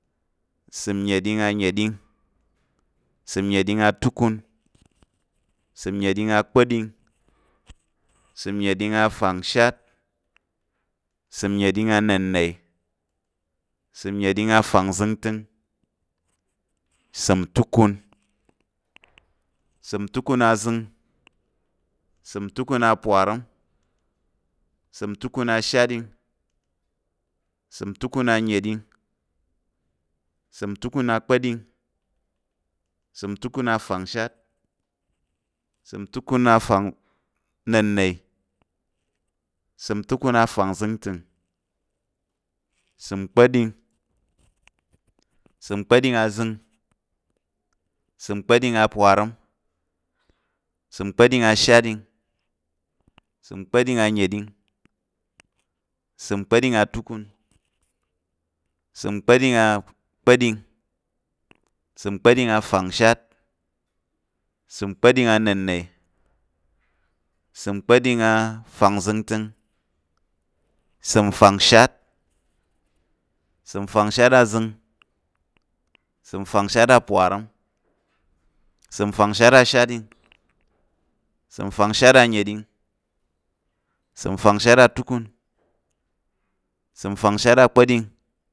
Ìsəm nnəɗing annəɗing, ìsəm nnəɗing atukun, ìsəm nnəɗing, ìsəm pa̱ɗing, ìsəm nnəɗing afangshat, ìsəm nnəɗing anna̱ne, ìsəm nnəɗing afangzəngtəng, ìsəm tukun, ìsəm tukun azəng, ìsəm tukun aparəm, ìsəm tukun ashatɗing, ìsəm tukun annəɗing, ìsəm tukun atukun, ìsəm tukun akpa̱ɗing, ìsəm tukun afangshat, ìsəm tukun anna̱ne, ìsəm tukun afangzəngtəng, ìsəm kpa̱ɗing, ìsəm kpa̱ɗing azəng, ìsəm kpa̱ɗing aparəm, ìsəm kpa̱ɗing ashat, ìsəm kpa̱ɗing annəɗing, ìsəm kpa̱ɗing atukun, ìsəm kpa̱ɗing akpa̱ɗing, ìsəm kpa̱ɗing afangshat, ìsəm kpa̱ɗing anna̱ne, ìsəm kpa̱ɗing afangzəngtəng, ìsəm fangshat, ìsəm fangshat azəng, ìsəm fangshat aparəm, ìsəm fangshat ashatɗing, ìsəm fangshat annəɗing, ìsəm fangshat atukun, ìsəm fangshat akpa̱ɗing